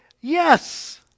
yes